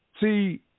See